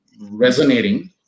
resonating